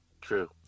True